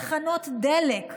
תחנות דלק.